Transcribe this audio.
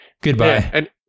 goodbye